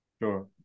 sure